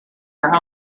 her